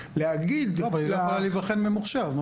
אבל היא לא יכולה להיבחן ממוחשב.